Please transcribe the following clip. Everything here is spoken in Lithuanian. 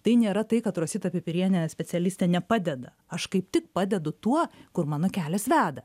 tai nėra tai kad rosita pipirienė specialistė nepadeda aš kaip tik padedu tuo kur mano kelias veda